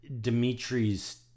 Dimitri's